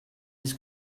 his